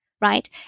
right